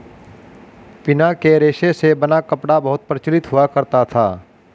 पिना के रेशे से बना कपड़ा बहुत प्रचलित हुआ करता था